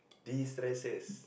destresses